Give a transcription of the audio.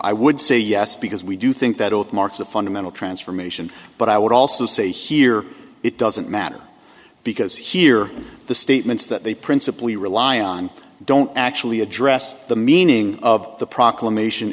i would say yes because we do think that oath marks a fundamental transformation but i would also say here it doesn't matter because here the statements that they principally rely on don't actually address the meaning of the proclamation